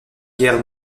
guerres